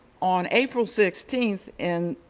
on april sixteenth in